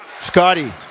Scotty